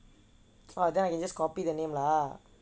ah then I can just copy the name lah